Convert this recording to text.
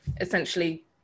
essentially